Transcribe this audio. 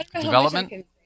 development